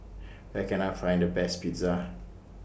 Where Can I Find The Best Pizza